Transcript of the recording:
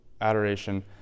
Adoration